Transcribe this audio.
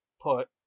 put